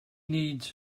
needs